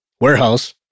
warehouse